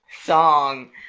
song